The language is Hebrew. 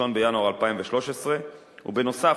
1 בינואר 2013. ובנוסף,